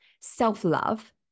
self-love